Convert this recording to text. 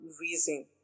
reason